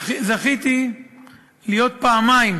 זכיתי להיות פעמיים